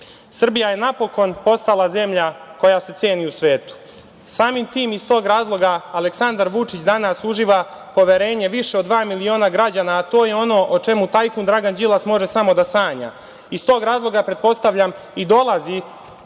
radom. Srbija je napokon postala zemlja koja se ceni u svetu. Samim tim iz tog razloga Aleksandar Vučić danas uživa poverenje više od dva miliona građana, a to je ono o čemu tajkun Dragan Đilas može samo da sanja. Iz tog razloga pretpostavljam i dolazi